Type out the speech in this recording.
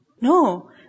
No